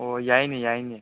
ꯑꯣ ꯌꯥꯏꯅꯦ ꯌꯥꯏꯅꯦ